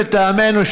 לטעמנו,